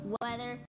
weather